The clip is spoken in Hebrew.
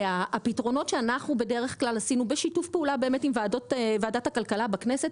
הפתרון שהגענו אליו בשיתוף פעולה עם ועדת הכלכלה בכנסת